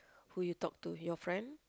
who you talk to your friend